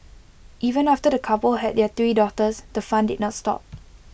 even after the couple had their three daughters the fun did not stop